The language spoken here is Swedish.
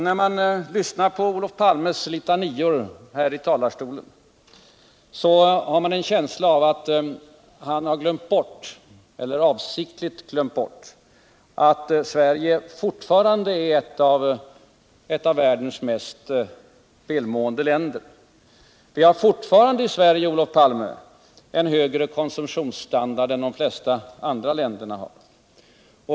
När man lyssnar på Olof Palmes litanior här i talarstolen har man en känsla av att han avsiktligt har glömt bort att Sverige fortfarande är ett av världens mest välmående länder. Vi har fortfarande i Sverige, Olof Palme, en högre konsumtionsstandard än de flesta andra länder har.